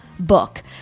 book